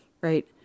right